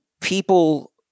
people